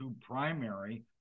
primary